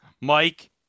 Mike